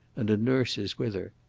and a nurse is with her.